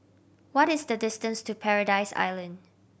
what is the distance to Paradise Island